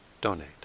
donate